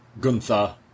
Gunther